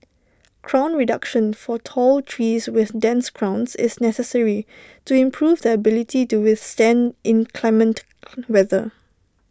crown reduction for tall trees with dense crowns is necessary to improve their ability to withstand inclement weather